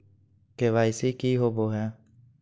KYC की होबो है?